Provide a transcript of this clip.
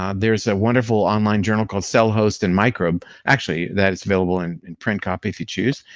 um there's a wonderful online journal called cell host and microbe, actually that is available and in print copy if you choose,